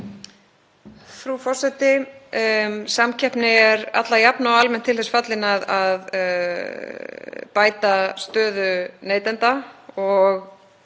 Frú forseti. Samkeppni er alla jafna og almennt til þess fallin að bæta stöðu neytenda og